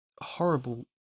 horrible